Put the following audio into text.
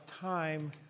time